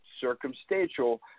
circumstantial